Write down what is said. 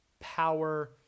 power